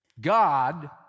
God